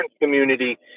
community